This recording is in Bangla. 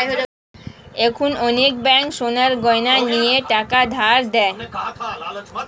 এখন অনেক ব্যাঙ্ক সোনার গয়না নিয়ে টাকা ধার দেয়